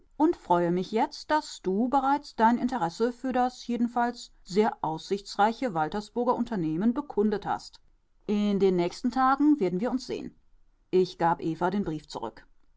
und freue mich jetzt daß du bereits dein interesse für das jedenfalls sehr aussichtsreiche waltersburger unternehmen bekundet hast in den nächsten tagen werden wir uns sehen ich gab eva den brief zurück